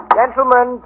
gentlemen